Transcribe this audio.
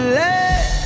let